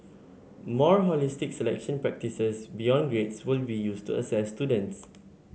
more holistic selection practices beyond grades will be used to assess students